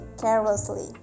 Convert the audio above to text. carelessly